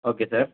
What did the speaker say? okay sir